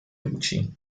luci